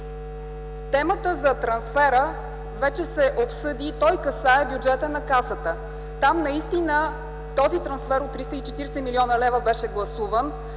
Темата за трансфера вече се обсъди и той касае бюджета на Касата. Наистина този трансфер от 340 млн. лв. беше гласуван